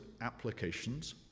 applications